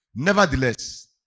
Nevertheless